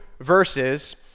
verses